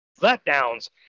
letdowns